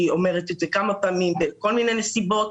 אומרת את זה כמה פעמים בכל מיני נסיבות.